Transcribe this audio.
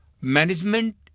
Management